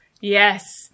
yes